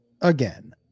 again